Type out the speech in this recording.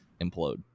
implode